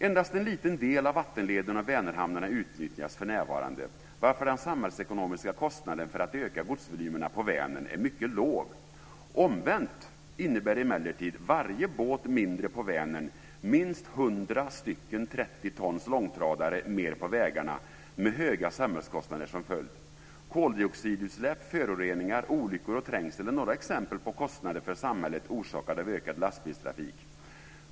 Endast en liten del av vattenleden och Vänerhamnarna utnyttjas för närvarande, varför den samhällsekonomiska kostnaden för att öka godsvolymerna på Vänern är mycket låg. Omvänt innebär emellertid varje båt mindre på Vänern minst 100 stycken 30 tonslångtradare mer på vägarna, med höga samhällskostnader som följd. Koldioxidutsläpp, föroreningar, olyckor och trängsel är några exempel på kostnader för samhället orsakade av en ökad lastbilstrafik.